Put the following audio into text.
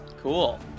Cool